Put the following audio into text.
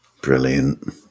Brilliant